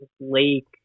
Lake –